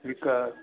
ठीकु आहे